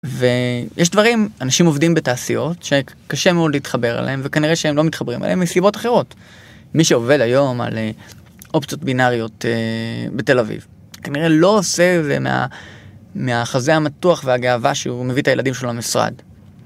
ויש דברים, אנשים עובדים בתעשיות, שקשה מאוד להתחבר אליהם, וכנראה שהם לא מתחברים אליהם מסיבות אחרות. מי שעובד היום על אופציות בינאריות בתל אביב, כנראה לא עושה את זה מהחזה המתוח והגאווה שהוא מביא את הילדים שלו למשרד.